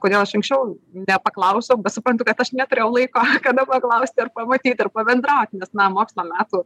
kodėl aš anksčiau nepaklausiau suprantu kad aš neturėjau laiko kada paklausti ar pamatyti ir pabendrauti nes na mokslo metų